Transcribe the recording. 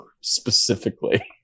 specifically